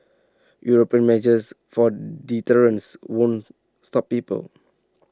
european measures of deterrence won't stop people